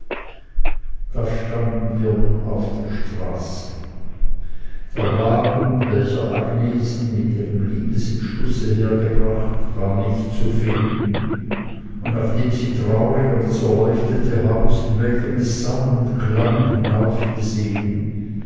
da standen wir nun auf der straße der wagen welcher agnesen mit ihrem liebesentschlusse hergebracht war nicht zu finden und nachdem sie traurig an das erleuchtete haus in welchem es sang und klang